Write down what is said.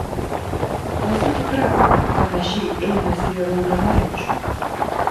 esu tikra panašiai einasi ir raulinaičiui